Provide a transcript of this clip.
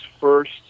first